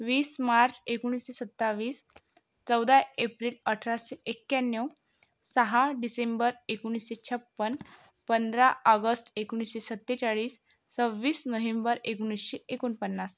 वीस मार्च एकोणीसशे सत्तावीस चौदा एप्रिल अठराशे एक्याण्णव सहा डिसेंबर एकोणीसशे छप्पन्न पंधरा ऑगस्ट एकोणीसशे सत्तेचाळीस सव्वीस नोहेंबर एकोणीसशे एकोणपन्नास